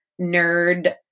nerd